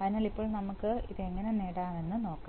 അതിനാൽ ഇപ്പോൾ നമുക്ക് ഇത് എങ്ങനെ നേടാമെന്ന് നോക്കാം